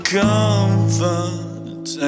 comfort